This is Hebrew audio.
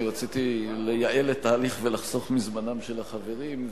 אני רציתי ליעל את התהליך ולחסוך מזמנם של החברים,